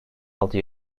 altı